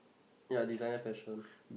ya designer fashion